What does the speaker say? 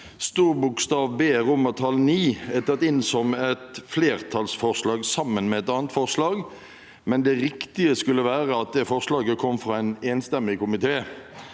B IX er tatt inn som et flertallsforslag sammen med et annet forslag, men det riktige skulle være at det forslaget kom fra en enstemmig komité.